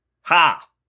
Ha